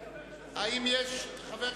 אין.